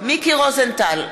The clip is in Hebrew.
מיקי רוזנטל,